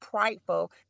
prideful